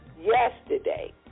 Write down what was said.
yesterday